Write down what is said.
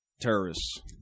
terrorists